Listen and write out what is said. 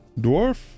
dwarf